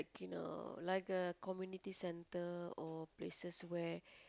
you know like a community centre or places where you know